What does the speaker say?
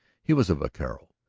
he was a vaquero,